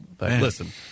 Listen